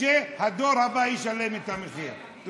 שהדור הבא ישלם את המחיר שלו.